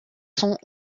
sont